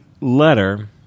letter